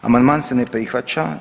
Amandman se ne prihvaća.